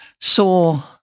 saw